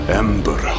ember